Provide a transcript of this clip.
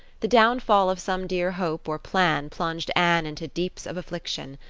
the downfall of some dear hope or plan plunged anne into deeps of affliction.